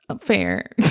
fair